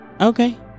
Okay